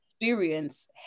experience